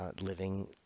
living